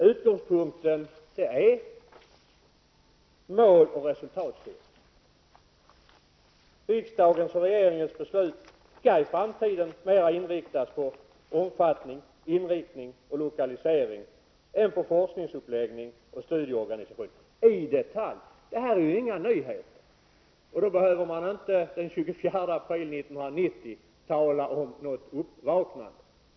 Utgångspunkten är att riksdagens och regeringens beslut i framtiden mer skall inriktas på omfattning, inriktning och lokalisering än på forskningsuppläggning och studieorganisation i detalj. Detta är ingen nyhet, och då behöver man den 24 april 1991 inte tala om något uppvaknande.